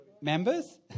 members